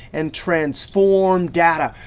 and transform data.